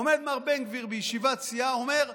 עומד מר בן גביר בישיבת סיעה ואומר: